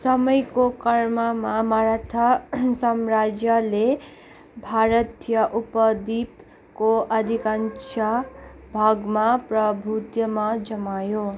समयको कर्ममा मराठा साम्राज्यले भारतीय उपद्वीपको अधिकांश भागमा प्रभुत्वमा जमायो